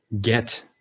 get